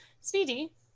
Speedy